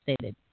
stated